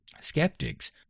Skeptics